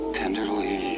tenderly